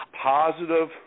positive